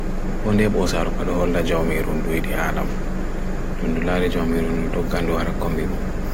konde bosa rukad holla jomirundu idi ala mo dunulari jomirundu joggandu harak kambi mo